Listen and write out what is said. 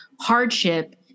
hardship